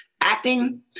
Acting